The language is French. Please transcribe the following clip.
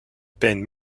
peine